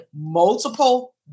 multiple